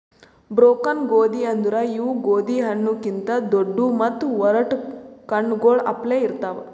broken ಗೋದಿ ಅಂದುರ್ ಇವು ಗೋದಿ ಹಣ್ಣು ಕಿಂತ್ ದೊಡ್ಡು ಮತ್ತ ಒರಟ್ ಕಣ್ಣಗೊಳ್ ಅಪ್ಲೆ ಇರ್ತಾವ್